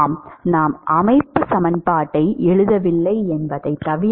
ஆம் நாம் அமைப்பு சமன்பாட்டை எழுதவில்லை என்பதைத் தவிர